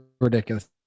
ridiculous